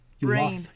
Brain